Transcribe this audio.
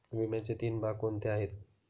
विम्याचे तीन भाग कोणते आहेत?